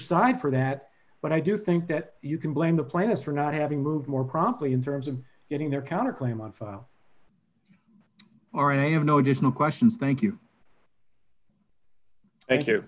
side for that but i do think that you can blame the planets for not having moved more promptly in terms of getting their counterclaim on file are i have no additional questions thank you thank you